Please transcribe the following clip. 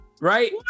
Right